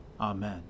Amen